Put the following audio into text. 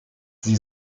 sie